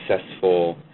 successful